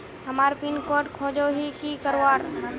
हमार pin code खोजोही की करवार?